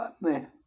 man